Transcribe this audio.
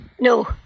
No